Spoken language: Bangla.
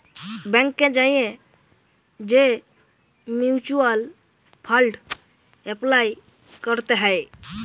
ব্যাংকে যাঁয়ে যে মিউচ্যুয়াল ফাল্ড এপলাই ক্যরতে হ্যয়